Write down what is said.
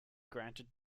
granted